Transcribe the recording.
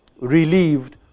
relieved